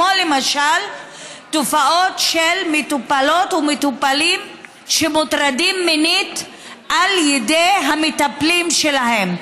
למשל תופעות של מטופלות ומטופלים שמוטרדים מינית על ידי המטפלים שלהם,